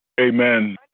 amen